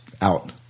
out